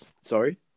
sorry